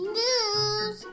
News